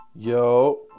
yo